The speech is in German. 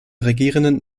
regierenden